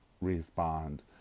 respond